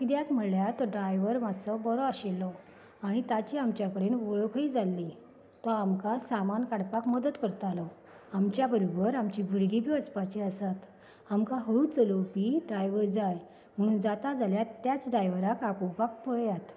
कित्याक म्हणल्यार तो ड्रायवर मात्सो बरो आशिल्लो आनी ताची आमच्या कडेन वळखूय जाल्ली तो आमकां सामान काडपाक मदत करतालो आमच्या बरोबर आमची भुरगीं बी वचपाची आसात आमकां हळू चलोवपी ड्रायव्हर जाय म्हणून जाता जाल्यार त्याच ड्रायवराक आपोवपाक पळयात